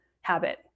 habit